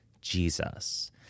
Jesus